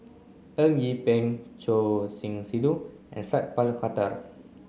Eng Yee Peng Choor Singh Sidhu and Sat Pal Khattar